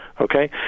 Okay